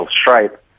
stripe